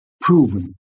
proven